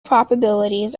probabilities